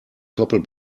koppel